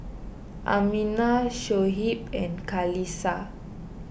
Aminah Shoaib and Qalisha